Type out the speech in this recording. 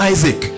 Isaac